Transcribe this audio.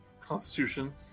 Constitution